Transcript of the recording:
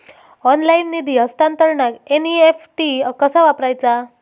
Online निधी हस्तांतरणाक NEFT कसा वापरायचा?